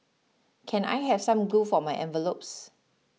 can I have some glue for my envelopes